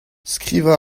skrivañ